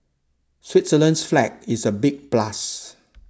Switzerland's flag is a big plus